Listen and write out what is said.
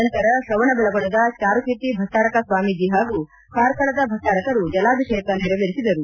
ನಂತರ ತ್ರವಣದೆಳಗೊಳದ ಚಾರುಕೀರ್ತಿ ಭಟ್ಪಾರಕ ಸ್ವಾಮೀಜಿ ಹಾಗೂ ಕಾರ್ಕಳದ ಭಟ್ಪಾರಕರು ಜಲಾಭಿಷೇಕ ನೆರವೇರಿಸಿದರು